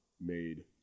made